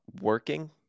working